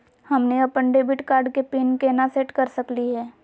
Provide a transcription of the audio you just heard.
हमनी अपन debit card के पीन केना सेट कर सकली हे?